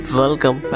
welcome